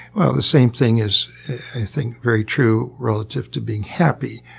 well. the same thing is, i think, very true relative to being happy.